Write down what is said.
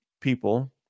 people